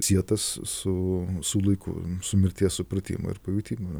sietas su mūsų laiku su mirties supratimu ir pajutimu